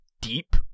deep